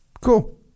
Cool